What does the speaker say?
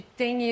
tem